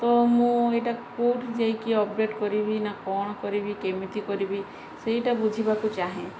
ତ ମୁଁ ଏଇଟା କେଉଁଠି ଯାଇକି ଅପଡ଼େଟ୍ କରିବି ନା କ'ଣ କରିବି କେମିତି କରିବି ସେଇଟା ବୁଝିବାକୁ ଚାହେଁ